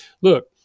look